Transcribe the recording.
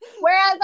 Whereas